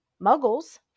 Muggles